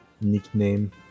nickname